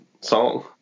song